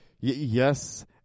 Yes